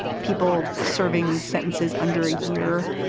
people serving sentences under a year.